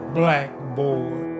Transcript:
blackboard